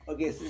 Okay